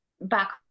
back